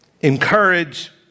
Encourage